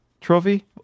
Trophy